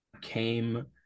came